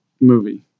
movie